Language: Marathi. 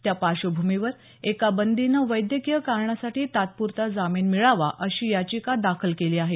त्या पार्श्वभूमीवर एका बंदीनं वैद्यकीय कारणासाठी तात्प्रता जामीन मिळावा अशी याचिका दाखल केली आहे